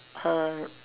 her